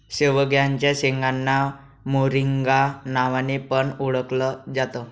शेवग्याच्या शेंगांना मोरिंगा नावाने पण ओळखल जात